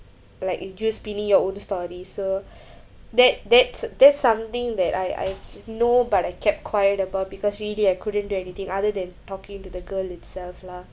like it's just spinning your own story so that that's that's something that I I know but I kept quiet about because really I couldn't do anything other than talking to the girl itself lah